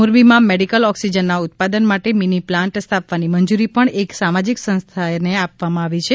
મોરબીમાં મેડિકલ ઓક્સિજનના ઉત્પાદન માટે મિનિ પ્લાન્ટ સ્થાપવાની મંજૂરી પણ એક સામાજિક સંસ્થાને આપવામાં આવી છે